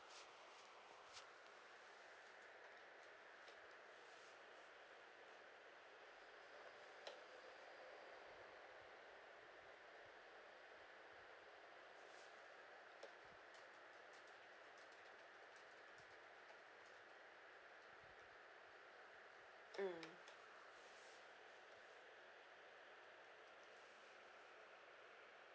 mm